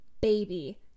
baby